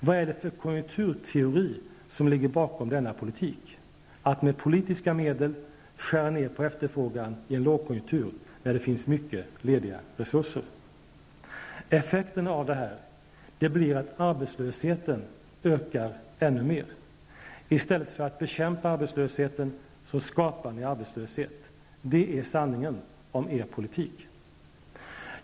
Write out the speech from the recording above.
Vad är det för konjunkturteori som ligger bakom denna politik, att med politiska medel skära ner på efterfrågan i en lågkonjunktur när det finns mycket lediga resurser? Effekten av detta blir att arbetslösheten ökar ännu mer. I stället för att bekämpa arbetslösheten skapar ni arbetslöshet! Det är sanningen om er politik.